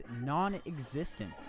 non-existent